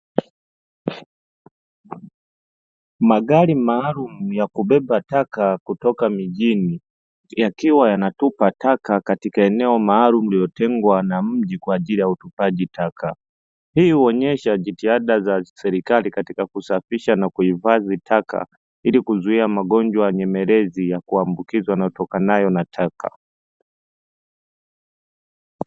Magari maarufu ya kubeba taka kutoka mijini yakiwa yanatupa taka katika eneo maalumu iliyotengwa na mji kwa ajili ya utupaji taka, hii huonyesha jitihada za serikali katika kusafisha na kuhifadhi taka ili kuzuia magonjwa nyemelezi ya kuambukizwa yatokanayo na taka.